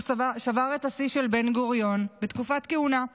שבר את השיא של בן-גוריון בתקופת כהונה.